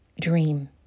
Dream